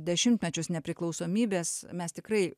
dešimtmečius nepriklausomybės mes tikrai